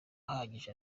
ahagije